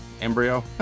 embryo